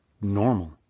normal